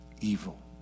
evil